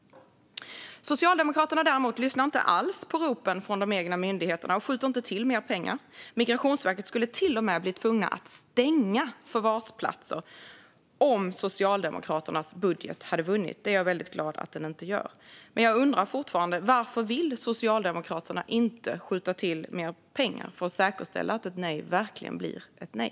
Socialdemokraterna däremot lyssnar inte alls på ropen från de egna myndigheterna och skjuter inte till mer pengar. Migrationsverket skulle till och med blivit tvunget att stänga förvarsplatser om Socialdemokraternas budget hade vunnit. Jag är väldigt glad att den inte har gjort det. Jag undrar fortfarande: Varför vill Socialdemokraterna inte skjuta till mer pengar för att säkerställa att ett nej verkligen blir ett nej?